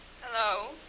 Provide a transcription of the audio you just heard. Hello